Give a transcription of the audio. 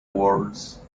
words